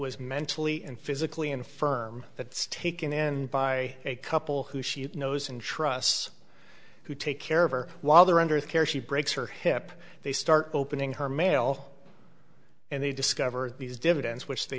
is mentally and physically infirm that's taken in by a couple who she knows and trusts who take care of or while they're under the care she breaks her hip they start opening her mail and they discovered these dividends which they